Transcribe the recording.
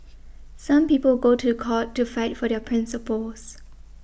some people go to court to fight for their principles